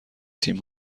تیم